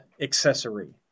accessory